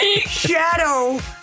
shadow